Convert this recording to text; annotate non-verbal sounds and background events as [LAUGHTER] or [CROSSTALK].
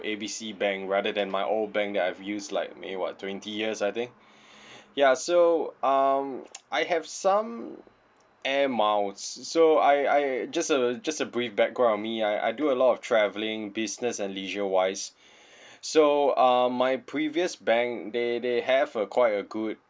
A B C bank rather than my old bank that I've used like maybe what twenty years I think ya so um [NOISE] I have some air miles so I I just a just a brief background of me I I do a lot of travelling business and leisure wise so uh my previous bank they they have a quite a good